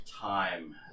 time